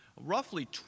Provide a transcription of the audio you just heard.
roughly